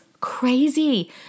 crazy